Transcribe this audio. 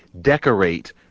decorate